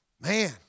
Man